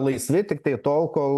laisvi tiktai tol kol